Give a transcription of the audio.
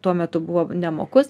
tuo metu buvo nemokus